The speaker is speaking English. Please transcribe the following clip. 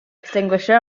extinguisher